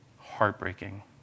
heartbreaking